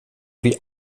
wie